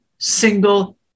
single